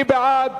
מי בעד